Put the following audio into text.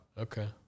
Okay